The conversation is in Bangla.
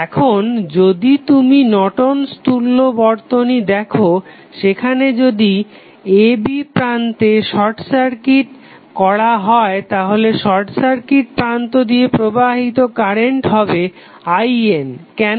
এখন যদি তুমি নর্টন'স তুল্য Nortons equivalent বর্তনী দেখো সেখানে যদি a b প্রান্তকে শর্ট সার্কিট করা হয় তাহলে শর্ট সার্কিট প্রান্ত দিয়ে প্রবাহিত কারেন্ট হবে IN কেন